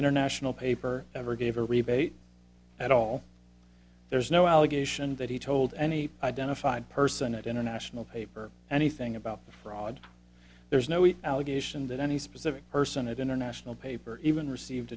international paper ever gave a rebate at all there's no allegation that he told any identified person at international paper anything about the fraud there's no it allegation that any specific person had international paper even received